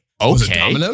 okay